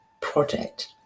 project